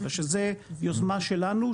שזו יוזמה שלנו,